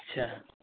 ᱟᱪᱪᱷᱟ